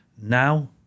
now